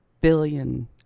billion